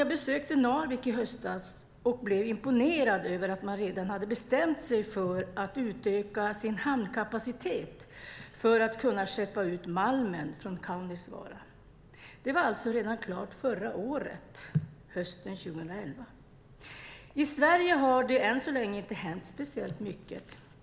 Jag besökte Narvik i höstas och blev imponerad över att man redan hade bestämt sig för att utöka sin hamnkapacitet för att kunna skeppa ut malmen från Kaunisvaara. Det var alltså klart redan förra året, hösten 2011. I Sverige har det än så länge inte hänt speciellt mycket.